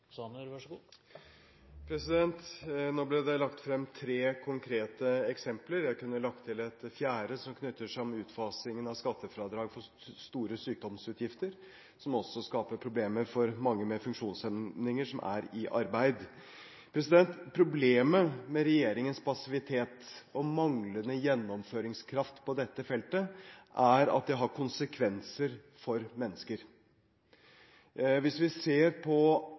Nå ble det lagt frem tre konkrete eksempler. Jeg kunne lagt til et fjerde, som dreier seg om utfasingen av skattefradrag for store sykdomsutgifter. Dette skaper også problemer for mange med funksjonshemninger som er i arbeid. Problemet med regjeringens passivitet og manglende gjennomføringskraft på dette feltet er at det har konsekvenser for mennesker. Hvis vi ser på